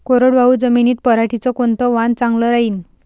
कोरडवाहू जमीनीत पऱ्हाटीचं कोनतं वान चांगलं रायीन?